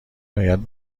باید